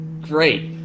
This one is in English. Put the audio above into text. great